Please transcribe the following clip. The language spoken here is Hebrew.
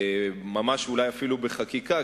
אולי אפילו ממש בחקיקה,